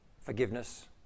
forgiveness